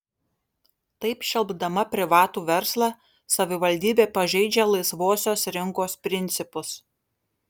taip šelpdama privatų verslą savivaldybė pažeidžia laisvosios rinkos principus